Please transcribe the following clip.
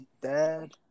Dad